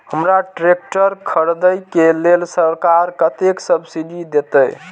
हमरा ट्रैक्टर खरदे के लेल सरकार कतेक सब्सीडी देते?